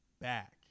back